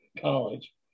college